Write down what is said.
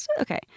okay